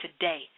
today